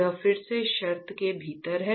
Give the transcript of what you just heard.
यह फिर से शर्त के भीतर है